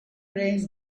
rains